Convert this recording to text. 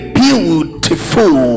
beautiful